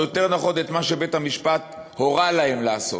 או יותר נכון: את מה שבית-המשפט הורה להם לעשות.